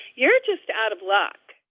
you're just out of luck.